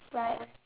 like